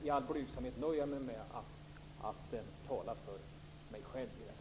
I all blygsamhet nöjer jag mig med att tala för mig i detta sammanhang.